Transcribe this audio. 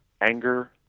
anger